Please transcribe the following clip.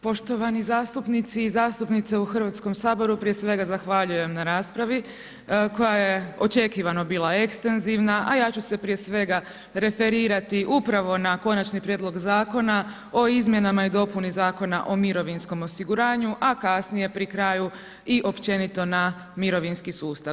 Poštovani zastupnici i zastupnice u Hrvatskom saboru, prije svega zahvaljujem na raspravi, koja je očekivano bila ekstenzivna, a ja ću se prije svega referirati upravo na konačni prijedlog Zakona o izmjeni i dopuni Zakona o mirovinskom osiguranju, a kasnije, pri kraju i općenito na mirovinski sustav.